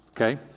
Okay